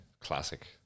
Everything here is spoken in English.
Classic